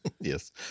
Yes